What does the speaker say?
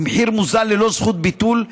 במחיר מוזל וללא זכות ביטול,